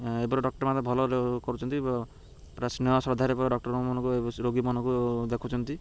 ଏପରି ଡକ୍ଟର ମାନେ ଭଲ କରୁଛନ୍ତି ପୁରା ସ୍ନେହ ଶ୍ରଦ୍ଧାରେ ଡକ୍ଟରମାନେ ରୋଗୀମାନଙ୍କୁ ଦେଖୁଛନ୍ତି